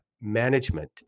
management